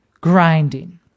grinding